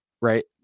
right